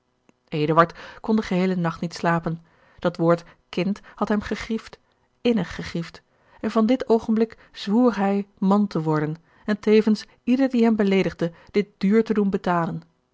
kon den geheelen nacht niet slapen dat woord kind had hem gegriefd innig gegriefd en van dit oogenblik zwoer hij man te worden en tevens ieder die hem beleedigde dit duur te doen betalen